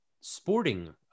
sporting